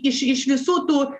iš iš visų tų